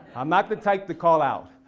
i'm not the type to call out,